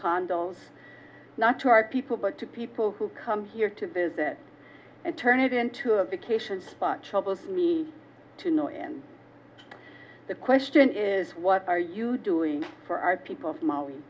condos not to our people but to people who come here to visit and turn it into a vacation spot troubles me to no end the question is what are you doing for our people